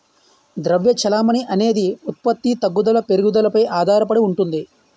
ద్రవ్య చెలామణి అనేది ఉత్పత్తి తగ్గుదల పెరుగుదలపై ఆధారడి ఉంటుంది